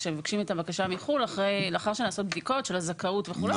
כשמבקשים את הבקשה מחו"ל לאחר שנעשות בדיקות של הזכאות וכולי,